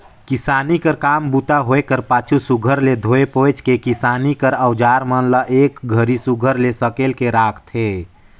किसानी कर काम बूता होए कर पाछू सुग्घर ले धोए पोएछ के किसानी कर अउजार मन ल एक घरी सुघर ले सकेल के राखथे